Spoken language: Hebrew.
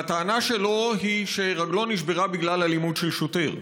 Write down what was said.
הטענה שלו היא שרגלו נשברה בגלל אלימות של שוטר.